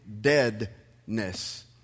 deadness